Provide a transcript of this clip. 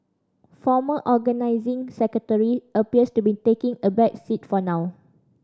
former Organising Secretary appears to be taking a back seat for now